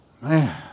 Man